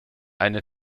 eine